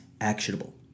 actionable